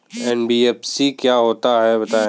NBFC क्या होता है बताएँ?